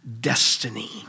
destiny